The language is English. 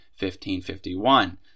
1551